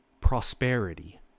prosperity